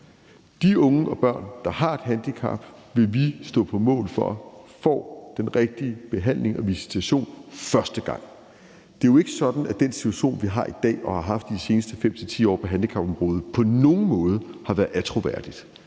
De unge og børn, der har et handicap, vil vi stå på mål for får den rigtige behandling og visitation første gang. Det er jo ikke sådan, at den situation, vi har i dag, og som vi har haft de seneste 5-10 år på handicapområdet, på nogen måde har været attråværdig.